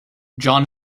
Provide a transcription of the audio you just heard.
john